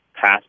pass